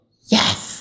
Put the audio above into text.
Yes